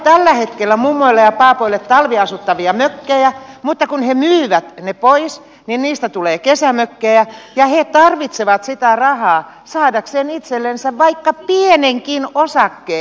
ne ovat tällä hetkellä mummoille ja paapoille talviasuttavia mökkejä mutta kun he myyvät ne pois niin niistä tulee kesämökkejä ja he tarvitsevat sitä rahaa saadakseen itsellensä vaikka pienenkin osakkeen lämpimän osakkeen